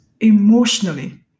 emotionally